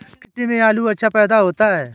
किस मिट्टी में आलू अच्छा पैदा होता है?